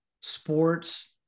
sports